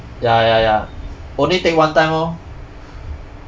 ya ya ya only take one time orh